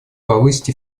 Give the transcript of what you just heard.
повысить